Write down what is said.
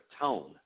tone